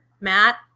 Matt